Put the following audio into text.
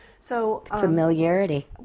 familiarity